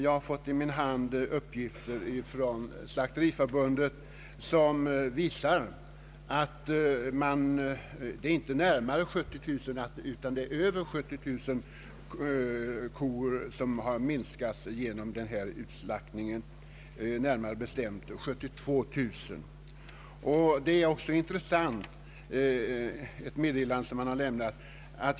Jag har här i min hand siffror från Slakteriförbundet, som visar att kostammen minskat med över 70 000 kor, närmare bestämt 72 000.